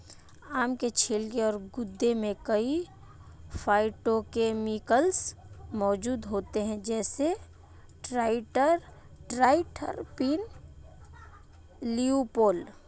आम के छिलके और गूदे में कई फाइटोकेमिकल्स मौजूद होते हैं, जैसे ट्राइटरपीन, ल्यूपोल